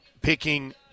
picking